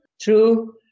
True